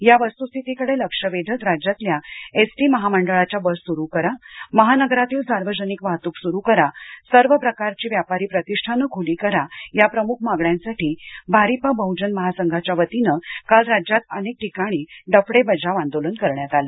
या वस्तुस्थितीकडे लक्ष वेधत राज्यातल्या एसटी महामंडळा च्या बस सुरू करा महानगरातील सार्वजनिक वाहतूक सुरू करा सर्व प्रकारची व्यापारी प्रतिष्ठांन खुली करा या प्रमुख मागण्यांसाठी भारिप बहुजन महासंघाच्या वतीनं काल राज्यात अनेक ठिकाणी डफडे बजाव आंदोलन करण्यात आलं